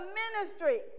ministry